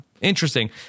interesting